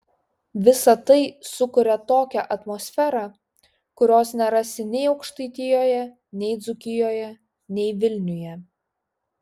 visa tai sukuria tokią atmosferą kurios nerasi nei aukštaitijoje nei dzūkijoje nei vilniuje